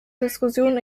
diskussion